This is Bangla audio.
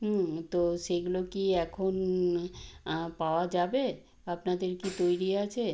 তো সেগুলো কি এখন পাওয়া যাবে আপনাদের কি তৈরি আছে